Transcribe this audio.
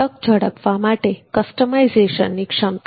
તક ઝડપવા માટે કસ્ટમાઇઝેશન ક્ષમતા